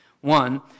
One